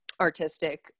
artistic